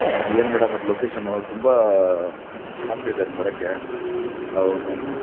ಏನು ಮೇಡಂ ಅದು ಲೋಕೇಷನ್ ತುಂಬ ಸಮಸ್ಯೆ ಇದೆ ಅಲ್ಲಿ ಬರಕ್ಕೆ